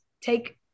take